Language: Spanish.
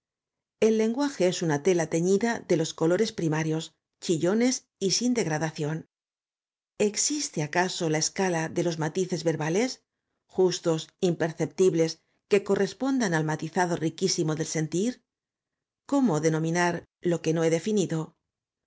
el lenguaje es una tela teñida de los colores primarios chillones y sin degradación existe acaso la escala de los matices verbales justos imperceptibles que correspondan al matizado riquísimo del sentir cómo denominar lo que no he definido